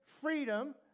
freedom